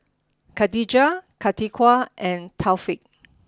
Khatijah Atiqah and Taufik